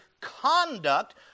conduct